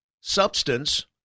Substance